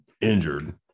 injured